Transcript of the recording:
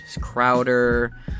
Crowder